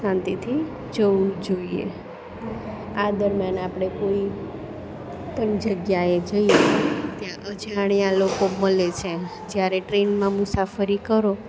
શાંતિથી જવું જોઈએ આ દરમિયાન આપણે કોઈ પણ જગ્યાએ જઈએ ત્યા અજાણ્યા લોકો મળે છે જ્યારે ટ્રેનમાં મુસાફરી કરો